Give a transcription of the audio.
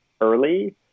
early